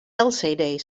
lcd